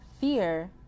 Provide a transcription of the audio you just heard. fear